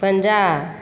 Punjab